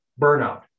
burnout